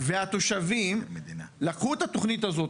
והתושבים לקחו את התוכנית הזאת,